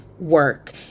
work